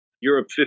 Europe